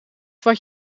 wat